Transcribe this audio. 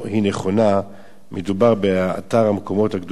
מדובר באחד המקומות הקדושים ביותר לעם ישראל.